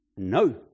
No